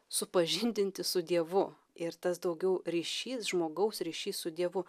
supažindinti su dievu ir tas daugiau ryšys žmogaus ryšys su dievu